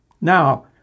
now